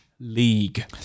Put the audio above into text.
League